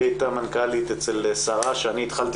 היא הייתה מנכ"לית אצל שרה כשאני התחלתי